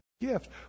gift